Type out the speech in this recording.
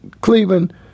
Cleveland